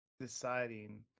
deciding